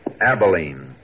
Abilene